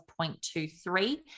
0.23